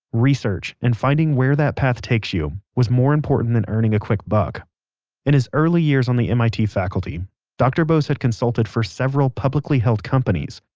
research and finding where that path takes you was more important than earning a quick buck in his early years on the mit faculty dr. bose had consulted for several publicly held companies.